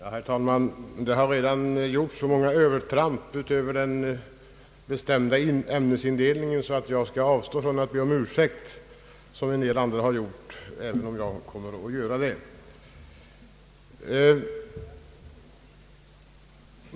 Herr talman! Det har redan gjorts så många övertramp när det gäller den bestämda ämnesindelningen att jag skall avstå från att be om ursäkt, som en del andra har gjort, även om jag också kommer att göra övertramp.